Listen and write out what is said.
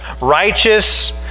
righteous